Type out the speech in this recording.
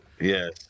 Yes